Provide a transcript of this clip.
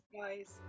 guys